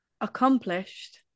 Accomplished